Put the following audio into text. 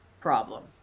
problem